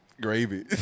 Gravy